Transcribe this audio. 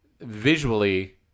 visually